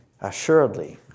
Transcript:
Assuredly